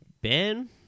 Ben